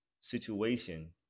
situation